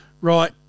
right